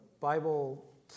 Bible